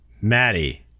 Maddie